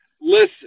listen